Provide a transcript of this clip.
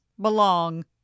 belong